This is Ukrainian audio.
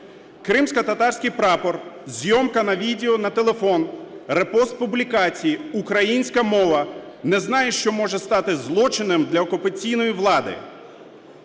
Кримськотатарський прапор, зйомка на відео, на телефон, репост публікації, українська мова, не знаю, що може стати злочином для окупаційної влади.